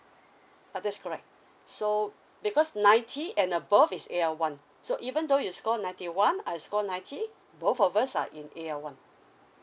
ah that's correct so because ninety and above is A_L one so even though you score ninety one I score ninety both of us are in A_L one